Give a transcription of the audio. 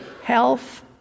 health